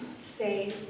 say